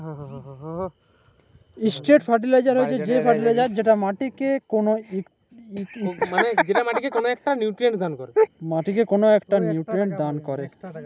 straight fertilizer হছে সে fertilizer যেট মাটিকে কল ইকট লিউটিরিয়েল্ট দাল ক্যরে